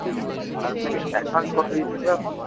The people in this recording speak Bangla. ঠিক আছে আর আপনাকে অ্যাডভান্স কত দিতে হবে এখন